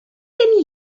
gen